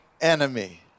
Enemy